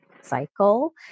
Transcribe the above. cycle